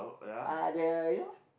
uh the you know